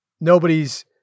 nobody's